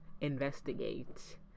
investigate